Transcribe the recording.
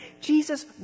Jesus